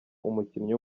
umukinnyi